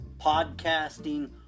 podcasting